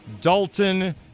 Dalton